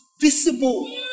visible